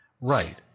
Right